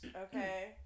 Okay